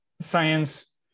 science